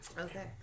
Okay